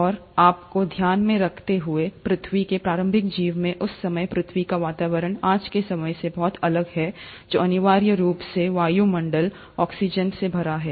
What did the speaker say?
और आपको ध्यान में रखते हुए पृथ्वी के प्रारंभिक जीवन में उस समय पृथ्वी का वातावरण आज के समय से बहुत अलग है जो अनिवार्य रूप से वायुमंडलीय ऑक्सीजन से भरा है